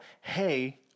hey